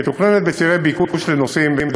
מתוכננת בצירי ביקוש של נוסעים,